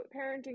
parenting